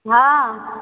हँ